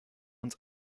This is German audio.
uns